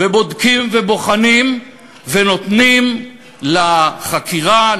בודקים ובוחנים ונותנים לחקירה,